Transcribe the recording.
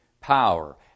power